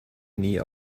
nie